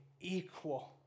equal